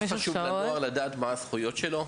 אבל לא חשוב לנוער לדעת מה הזכויות שלו?